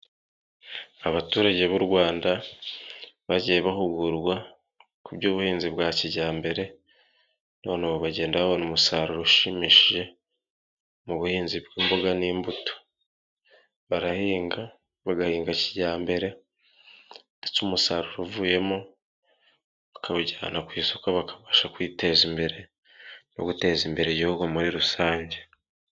Abaturage b'u Rwanda, bagiye bahugurwa ku by'ubuhinzi bwa kijyambere none ubu bagenda babona umusaruro ushimishije, mu buhinzi bw'imboga n'imbuto, barahinga bagahinga kijyambere ndetse umusaruro uvuyemo bakawujyana ku isoko bakabasha kwiteza imbere no guteza imbere Igihugu muri rusange.